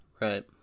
right